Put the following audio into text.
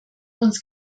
uns